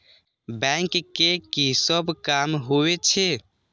Bank के की सब काम होवे छे?